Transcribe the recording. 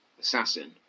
assassin